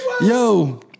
Yo